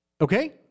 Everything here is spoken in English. okay